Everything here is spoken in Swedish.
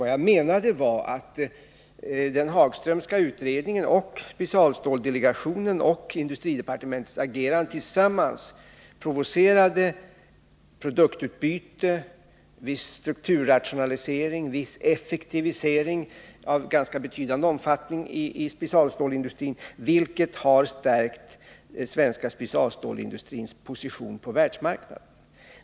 Vad jag menade var att den Hagströmska utredningens, specialstålsdelegationens och industridepartementets agerande tillsammans provocerade produktutbyten, viss strukturrationalisering och viss effektivisering av ganska betydande omfattning i specialstålsindustrin, vilket har stärkt den svenska specialstålsindustrins position på världsmarknaden.